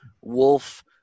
wolf